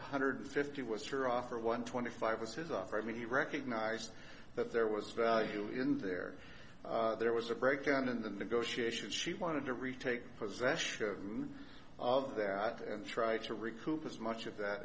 hundred fifty what's your offer of one twenty five percent off i mean he recognized that there was value in there there was a breakdown in the negotiations she wanted to retake possession of that and try to recoup as much of that